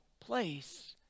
place